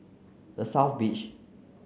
the South Beach